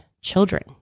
children